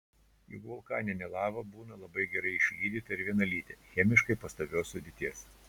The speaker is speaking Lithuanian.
juk vulkaninė lava būna labai gerai išlydyta ir vienalytė chemiškai pastovios sudėties